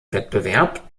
wettbewerb